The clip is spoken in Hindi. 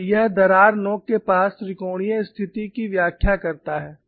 और यह दरार नोक के पास त्रिकोणीय स्थिति की व्याख्या करता है